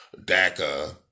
DACA